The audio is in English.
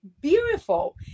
beautiful